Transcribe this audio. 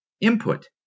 input